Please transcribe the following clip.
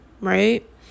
right